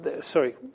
sorry